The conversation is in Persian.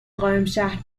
قائمشهر